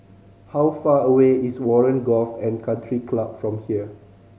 how far away is Warren Golf and Country Club from here